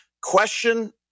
Question